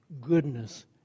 goodness